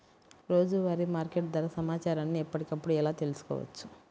రోజువారీ మార్కెట్ ధర సమాచారాన్ని ఎప్పటికప్పుడు ఎలా తెలుసుకోవచ్చు?